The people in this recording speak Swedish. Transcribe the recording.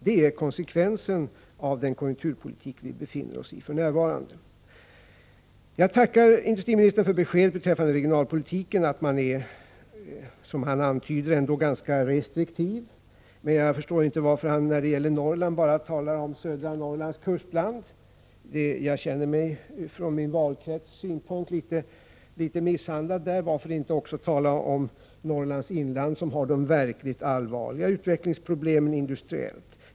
Det är konsekvensen av den konjunkturpolitik som vi befinner oss i för närvarande. Jag tackar industriministern för beskedet beträffande regionalpolitiken, att man, som han antyder, fortfarande är ganska restriktiv. Jag förstår dock inte varför han när det gäller Norrland bara talar om södra Norrlands kustland. Jag känner mig från min valkrets synpunkt litet misshandlad. Varför inte också tala om Norrlands inland, som industriellt har de verkligt allvarliga utvecklingsproblemen i landet?